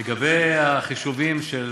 לגבי החישובים של